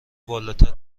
بالاتر